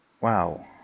wow